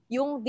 Yung